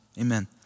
Amen